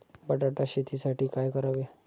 बटाटा शेतीसाठी काय करावे?